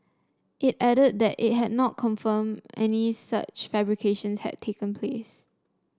it added that it had not confirmed any such fabrications had taken place